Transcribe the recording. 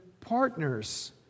partners